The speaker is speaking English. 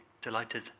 delighted